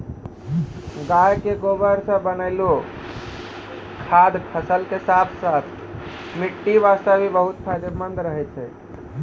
गाय के गोबर सॅ बनैलो खाद फसल के साथॅ साथॅ मिट्टी वास्तॅ भी बहुत फायदेमंद रहै छै